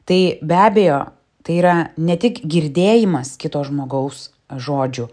tai be abejo tai yra ne tik girdėjimas kito žmogaus žodžių